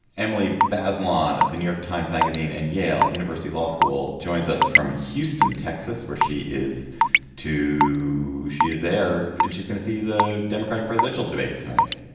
emily barr's one of the new york times magazine and yale university law school joins us from houston texas where she is two. she is there and she's going to see the democratic presidential debate tonight.